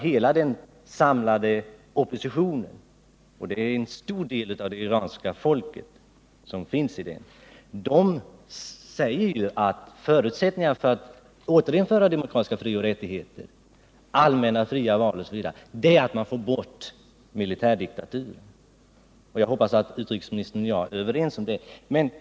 Hela den samlade opinionen, som omfattar en stor del av det iranska folket, säger att en förutsättning för att kunna återinföra demokratiska frioch rättigheter, allmänna fria val osv. är att man får bort militärdiktaturen. Jag hoppas att också utrikesministern och jag är överens om det.